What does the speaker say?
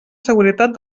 seguretat